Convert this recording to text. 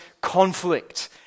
conflict